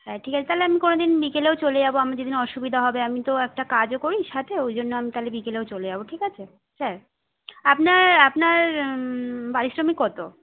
হ্যাঁ ঠিক আছে তাহলে আমি কোনোদিন বিকেলেও চলে যাবো আমার যেদিন অসুবিধা হবে আমি তো একটা কাজও করি সাথে ওই জন্য আমি তাহলে বিকেলেও চলে যাবো ঠিক আছে স্যার আপনার আপনার পারিশ্রমিক কত